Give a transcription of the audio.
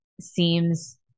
seems